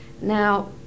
Now